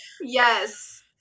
Yes